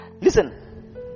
Listen